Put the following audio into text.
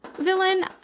villain